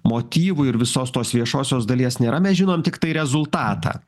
motyvų ir visos tos viešosios dalies nėra mes žinom tiktai rezultatą